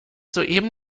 soeben